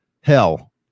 Hell